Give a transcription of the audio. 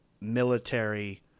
military